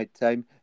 time